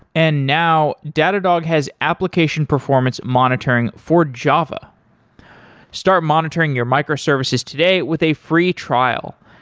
and now datadog has application performance monitoring for java start monitoring your microservices today with a free trial.